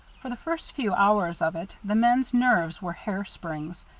for the first few hours of it the men's nerves were hair springs,